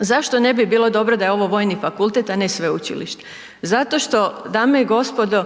Zašto ne bi bilo dobro da je ovo vojni fakultet, a ne sveučilište? Zato što, dame i gospodo,